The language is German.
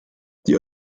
die